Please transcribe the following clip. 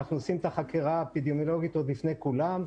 אנחנו עושים את החקירה האפידמיולוגית עוד לפני כולם.